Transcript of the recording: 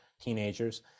teenagers